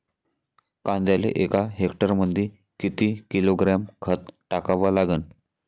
कांद्याले एका हेक्टरमंदी किती किलोग्रॅम खत टाकावं लागन?